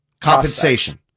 compensation